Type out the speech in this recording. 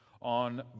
on